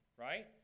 right